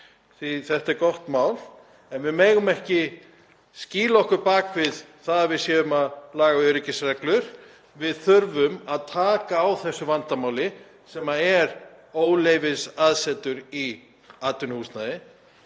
að þetta er gott mál. En við megum ekki skýla okkur bak við það að við séum að laga öryggisreglur. Við þurfum að taka á þessu vandamáli sem er óleyfisaðsetur í atvinnuhúsnæði